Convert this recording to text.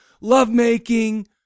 lovemaking